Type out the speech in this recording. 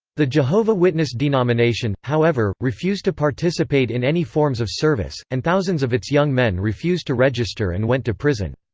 the jehovah witness denomination, however, refused to participate in any forms of service, and thousands of its young men refused to register and went to prison.